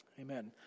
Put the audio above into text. Amen